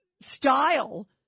style